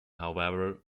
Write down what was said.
however